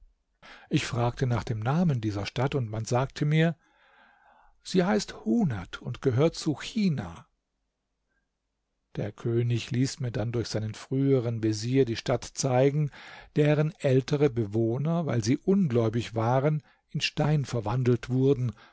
ich fragte nach dem namen dieser stadt und man sagte mir sie heißt hunad und gehört zu china der könig ließ mir dann durch seinen früheren vezier die stadt zeigen deren ältere bewohner weil sie ungläubig waren in stein verwandelt wurden